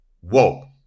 whoa